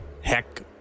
Heck